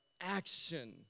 action